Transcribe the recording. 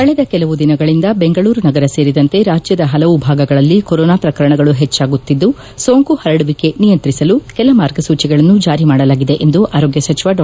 ಕಳೆದ ಕೆಲವು ದಿನಗಳಂದ ಬೆಂಗಳೂರು ನಗರ ಸೇರಿದಂತೆ ರಾಜ್ಯದ ಪಲವು ಭಾಗಗಳಲ್ಲಿ ಕೊರೊನಾ ಪ್ರಕರಣಗಳು ಪೆಚ್ಚಾಗುತ್ತಿದ್ದು ಸೋಂಕು ಪರಡುವಿಕೆ ನಿಯಂತ್ರಿಸಲು ಕೆಲ ಮಾರ್ಗಸೂಚಿಗಳನ್ನು ಜಾರಿ ಮಾಡಲಾಗಿದೆ ಎಂದು ಆರೋಗ್ಯ ಸಚಿವ ಡಾ